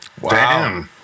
Wow